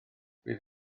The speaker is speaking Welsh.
fydd